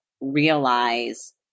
realize